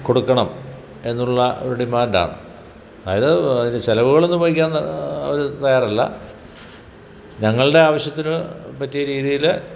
കൊടുക്കണം എന്നുള്ള ഒരു ഡിമാൻഡ് ആണ് അതിന് അതിന് ചിലവുകളൊന്നും വഹിക്കാൻ അവർ തയ്യാറല്ല ഞങ്ങളുടെ ആവശ്യത്തിന് പറ്റിയ രീതിയിൽ